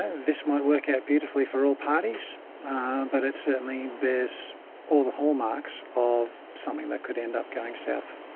this might work out beautifully for all parties but it certainly bears all the hallmarks of something that could end up going south.